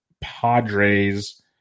Padres